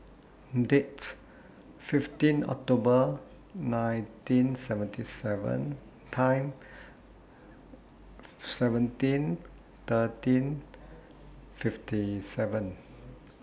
Date fifteen October nineteen seventy seven Time seventeen thirteen fifty seven